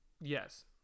Yes